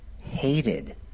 hated